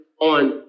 On